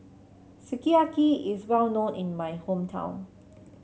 sukiyaki is well known in my hometown